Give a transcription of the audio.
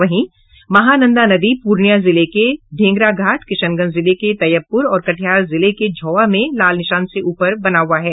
वहीं महानंदा नदी पूर्णियां जिले के ढ़ेंगराघाट किशनगंज जिले के तैयबपुर और कटिहार जिले के झौवा में लाल निशान के ऊपर बना हुआ है